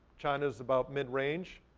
china is about mid-range.